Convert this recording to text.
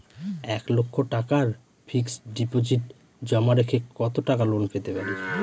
এক লক্ষ টাকার ফিক্সড ডিপোজিট জমা রেখে কত টাকা লোন পেতে পারি?